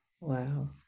Wow